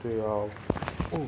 对咯